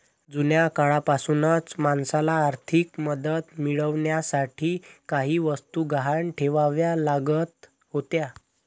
जुन्या काळापासूनच माणसाला आर्थिक मदत मिळवण्यासाठी काही वस्तू गहाण ठेवाव्या लागत होत्या